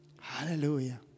Hallelujah